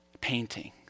painting